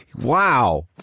wow